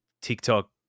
TikTok